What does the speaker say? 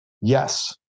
Yes